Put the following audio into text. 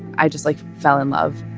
i just like fell in love,